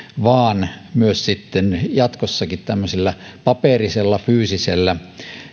vaan myös sitten jatkossakin tämmöisellä paperisella fyysisellä